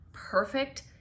perfect